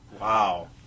wow